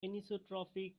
anisotropic